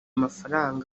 mafaranga